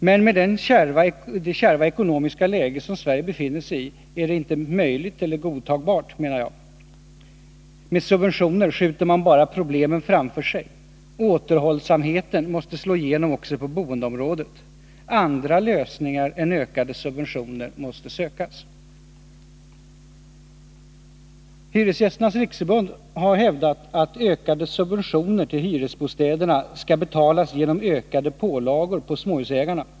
Men med hänsyn till det kärva ekonomiska läge som Sverige befinner sig i, är detta inte möjligt och godtagbart, menar jag. Med subventioner skjuter man bara problemen framför sig. Återhållsamheten måste slå igenom också på boendeområdet. Andra lösningar än ökade subventioner måste sökas. Hyresgästernas riksförbund har hävdat att ökade subventioner till hyresbostäderna skall betalas genom ökade pålagor på småhusägarna.